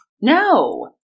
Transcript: No